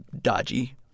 dodgy